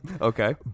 okay